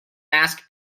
ask